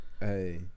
Hey